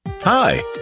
Hi